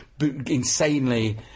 insanely